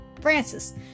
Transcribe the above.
Francis